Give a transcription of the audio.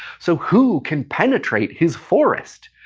so who can penetrate his forest?